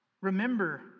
Remember